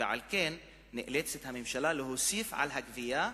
ועל כן נאלצת הממשלה להוסיף על הגבייה,